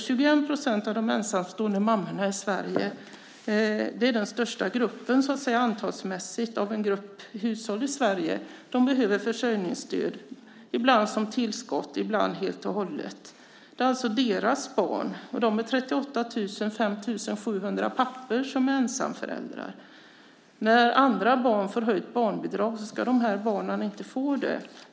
21 % av de ensamstående mammorna i Sverige utgör den största gruppen antalsmässigt av hushållen i Sverige som behöver försörjningsstöd, ibland som tillskott och ibland helt och hållet. Det är alltså deras barn det gäller. De är 38 000. Det är 5 700 pappor som är ensamföräldrar. När andra barn får höjt barnbidrag ska de här barnen inte få det.